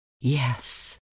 Yes